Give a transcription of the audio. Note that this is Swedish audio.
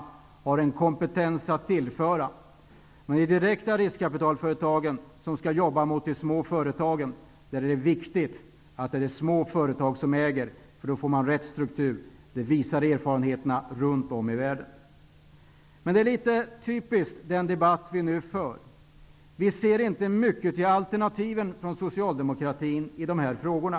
De har en kompetens att tillföra. De direkta riskkapitalföretagen, som skall jobba mot de små företagen, är det viktigt att det är små företag som äger. Då får man rätt struktur. Det visar erfarenheterna runt om i världen. Det är litet typiskt för den debatt vi för, att vi inte ser mycket till alternativ från Socialdemokraterna i dessa frågor.